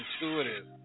intuitive